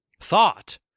Thought